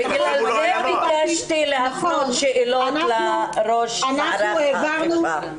בגלל זה ביקשתי להפנות שאלות לראש מערך האכיפה.